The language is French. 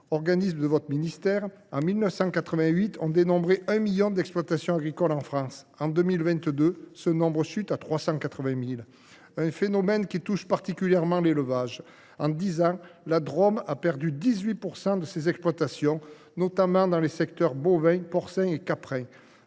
madame la ministre –, en 1988, on dénombrait 1 million d’exploitations agricoles en France. En 2022, ce nombre a chuté à 380 000. Ce phénomène touche particulièrement l’élevage. En dix ans, la Drôme a ainsi perdu 18 % de ses exploitations, notamment dans les secteurs bovin, porcin et caprin.